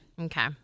Okay